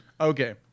Okay